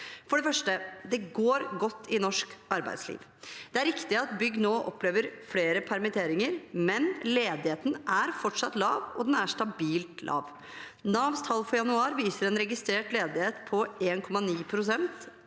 For det første: Det går godt i norsk arbeidsliv. Det er riktig at bygg nå opplever flere permitteringer, men ledigheten er fortsatt lav, og den er stabilt lav. Navs tall for januar viser en registrert ledighet på 1,9 pst.,